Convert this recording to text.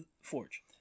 Forge